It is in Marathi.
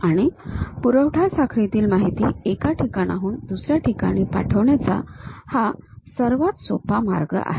आणि पुरवठा साखळीतील माहिती एका ठिकाणाहून दुसऱ्या ठिकाणी पाठवण्याचा हा सर्वात सोपा मार्ग आहे